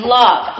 love